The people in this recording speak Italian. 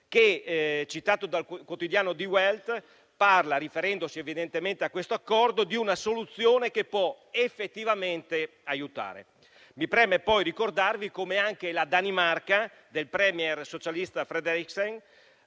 che citato dal quotidiano «Die Welt», parla, riferendosi evidentemente a questo accordo, di una soluzione che può effettivamente aiutare. Mi preme poi ricordarvi come anche la Danimarca, del *premier* socialista Frederiksen,